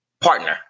partner